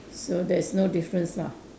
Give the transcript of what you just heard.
so there's no difference lah